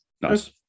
Nice